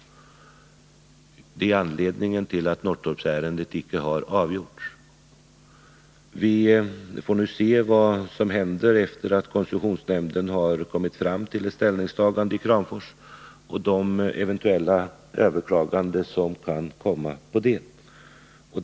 Det är anledningen till att Norrtorpsärendet icke har avgjorts. Vi får se vad som händer efter det att koncessionsnämnden gjort sitt ställningstagande till placeringen i Kramfors och efter det att eventuella överklaganden av det beslutet inkommit.